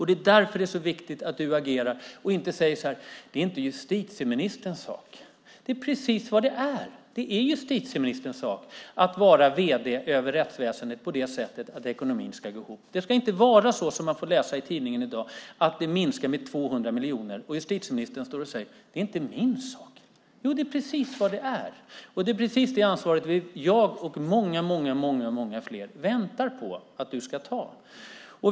Det är därför det är så viktigt att du agerar och inte säger att det inte är justitieministerns sak. Det är precis vad det är! Det är justitieministerns sak att vara vd för rättsväsendet på det sättet att ekonomin ska gå ihop. Det ska inte vara så, som man får läsa i tidningen i dag, att det minskar med 200 miljoner och justitieministern står och säger att "det är inte min sak". Jo, det är precis vad det är! Det är precis det ansvaret som jag och många fler väntar på att du ska ta.